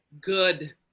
Good